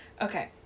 Okay